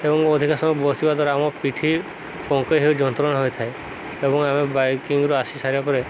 ଏବଂ ଅଧିକା ସମୟ ବସିବା ଦ୍ୱାରା ଆମ ପିଠି ବଙ୍କେଇ ହେଉ ଯନ୍ତ୍ରଣା ହୋଇଥାଏ ଏବଂ ଆମେ ବାଇକିଙ୍ଗରୁ ଆସି ସାରିବା ପରେ